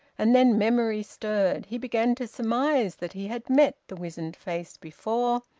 and then memory stirred. he began to surmise that he had met the wizened face before,